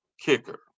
kicker